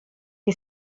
che